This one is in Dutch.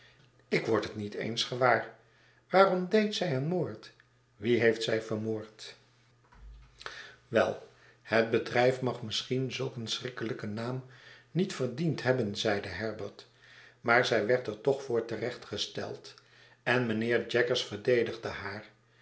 ik word het niet eens gewaar waarom deed zij een moord wien heeft zij vermoord wel het bedrijf mag misschien zulk een schrikkelijken naam niet verdiend hebben zeide herbert maar zij werd er toch voor terechtgesteld en mijnheer jaggers verdedigde haar